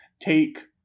Take